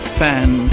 fan